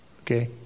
Okay